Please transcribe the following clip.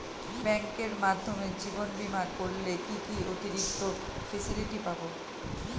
ব্যাংকের মাধ্যমে জীবন বীমা করলে কি কি অতিরিক্ত ফেসিলিটি পাব?